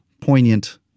poignant